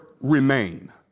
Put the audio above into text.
remain